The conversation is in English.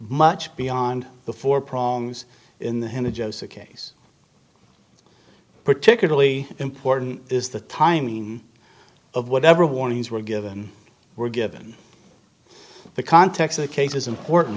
much beyond before problems in the head of joseph case particularly important is the timing of whatever warnings were given were given the context of the case is important